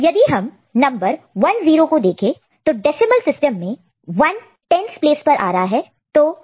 तो यदि हम नंबर 1 0 को देखें तो डेसिमल सिस्टम में 1 10s प्लेस पर आ रहा है